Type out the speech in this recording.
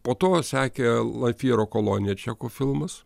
po to sekė lafiro kolonija čekų filmas